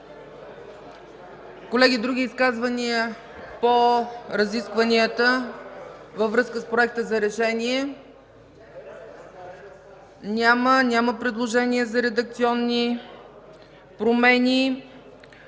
Колеги, други изказвания по разискванията във връзка с Проекта за решение? Няма. Няма предложения за редакционни промени.